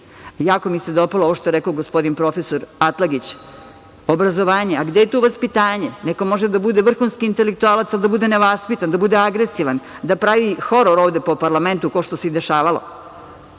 Jako mi se dopalo ovo što je rekao gospodin profesor Atlagić – obrazovanje, a gde je tu vaspitanje? Neko može da bude vrhunski intelektualac, a da bude nevaspitan, da bude agresivan, da pravi horor ovde po parlamentu, kao što se i dešavalo.